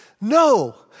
No